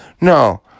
No